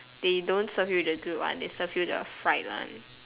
they don't serve you the grilled one they serve you the fried one